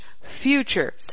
future